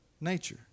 nature